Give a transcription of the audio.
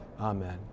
amen